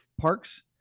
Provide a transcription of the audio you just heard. Parks